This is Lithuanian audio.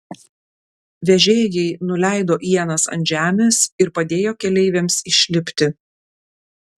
vežėjai nuleido ienas ant žemės ir padėjo keleiviams išlipti